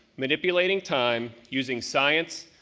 manipulating time using science,